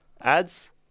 Ads